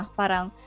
parang